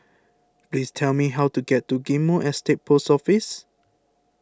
please tell me how to get to Ghim Moh Estate Post Office